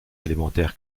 élémentaire